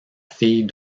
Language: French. fille